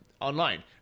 online